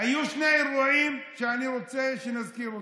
היו שני אירועים שאני רוצה שנזכיר אותם: